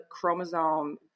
chromosome